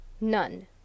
None